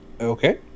Okay